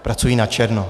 Pracují načerno.